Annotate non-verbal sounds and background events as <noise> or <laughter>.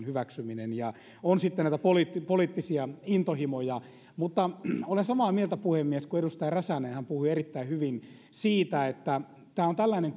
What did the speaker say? <unintelligible> hyväksyminen ja on sitten näitä poliittisia poliittisia intohimoja olen samaa mieltä puhemies kuin edustaja räsänen hän puhui erittäin hyvin siitä että tämä on tällainen <unintelligible>